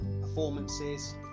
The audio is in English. performances